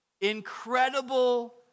incredible